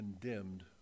condemned